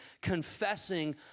confessing